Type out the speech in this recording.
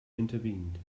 intervened